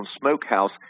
Smokehouse